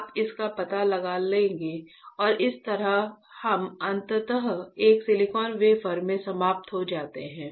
आप इसका पता लगा लेंगे और इस तरह हम अंततः एक सिलिकॉन वेफर में समाप्त हो जाते हैं